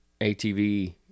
ATV